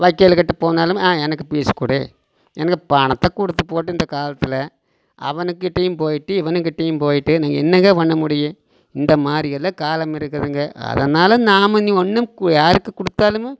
வக்கீலுகிட்ட போனாலும் எனக்கு ஃபீஸ் கொடு எனக்கு பணத்தை கொடுத்துபோட்டு இந்த காலத்தில் அவனுக்கு டீம் போய்ட்டு இவனுக்கு டீம் போய்ட்டு நீங்கள் என்னங்க பண்ண முடியும் இந்தமாதிரியெல்லாம் காலம் இருக்குதுங்க அதனால் நாம இனி ஒன்னும்கு யாருக்கு கொடுத்தாலுமே